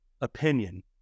opinion